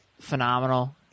phenomenal